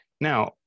Now